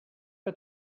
que